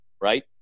right